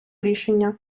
рішення